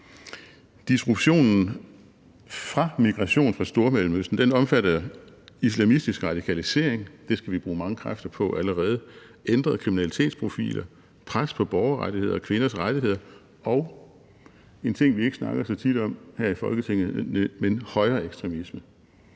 Disruptionen fra migration fra Stormellemøsten omfatter islamistisk radikalisering – det skal vi bruge mange kræfter på allerede – ændrede kriminalitetsprofiler, pres på borgerrettigheder og kvinders rettigheder og en ting, som vi ikke snakker så tit om her i Folketinget, højreekstremisme.